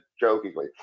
jokingly